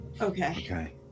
Okay